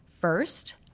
First